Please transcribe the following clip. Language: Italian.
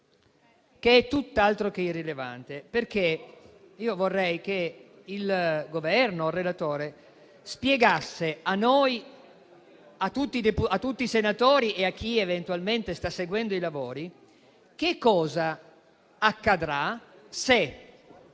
che è tutt'altro che irrilevante. Vorrei che il Governo o il relatore spiegassero a tutti i senatori, e a chi eventualmente sta seguendo i lavori, che cosa accadrà se